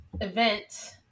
event